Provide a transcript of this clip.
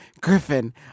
Griffin